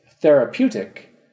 therapeutic